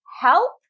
help